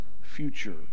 future